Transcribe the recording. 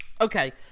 Okay